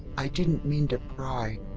i didn't mean to pry.